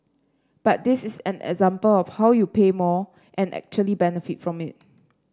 but this is an example of how you pay more and actually benefit from it